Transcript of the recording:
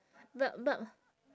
but but